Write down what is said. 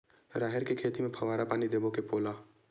राहेर के खेती म फवारा पानी देबो के घोला?